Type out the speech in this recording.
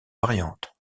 variantes